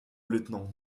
lieutenant